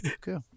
Cool